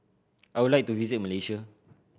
I would like to visit Malaysia